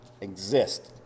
exist